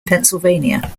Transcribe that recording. pennsylvania